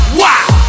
wow